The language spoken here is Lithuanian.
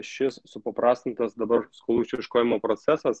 šis supaprastintas dabar skolų išieškojimo procesas